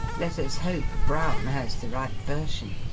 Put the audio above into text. let us hope brown has the right version.